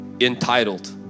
entitled